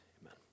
amen